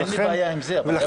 אין לי בעיה עם זה, אבל הזמנים.